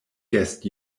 guest